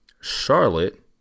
Charlotte